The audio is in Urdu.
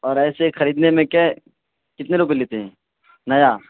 اور ایسے خریدنے میں کئے کتنے روپے لیتے ہیں نیا